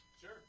Sure